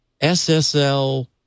SSL